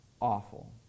awful